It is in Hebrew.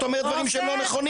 את אומרת דברים שהם לא נכונים.